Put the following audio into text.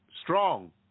strong